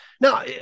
now